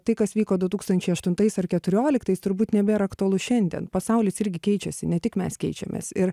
tai kas vyko du tūkstančiai aštuntais ar keturioliktais turbūt nebėra aktualu šiandien pasaulis irgi keičiasi ne tik mes keičiamės ir